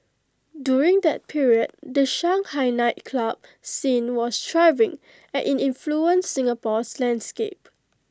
during that period the Shanghai nightclub scene was thriving and IT influenced Singapore's landscape